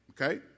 okay